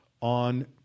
on